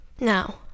Now